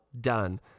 done